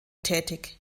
tätig